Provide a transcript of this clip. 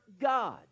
God